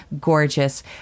gorgeous